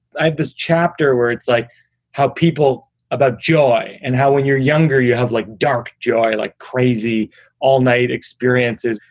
i have this chapter where it's like how people about joy and how when you're younger you have like dark joy, like crazy all night experiences.